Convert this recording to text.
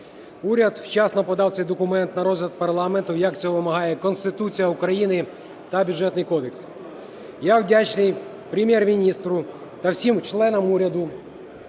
Уряд вчасно подав цей документ на розгляд парламенту, як цього вимагає Конституція України та Бюджетний кодекс. Я вдячний Прем'єр-міністру та всім членам уряду